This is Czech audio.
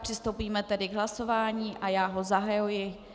Přistoupíme tedy k hlasování a já ho zahajuji.